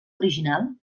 original